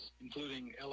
including